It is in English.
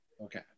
Okay